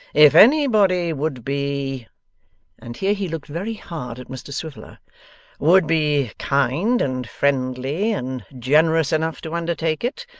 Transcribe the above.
if anybody would be and here he looked very hard at mr swiveller would be kind, and friendly, and generous enough, to undertake it.